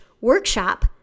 workshop